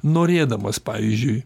norėdamas pavyzdžiui